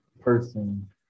person